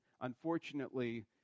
unfortunately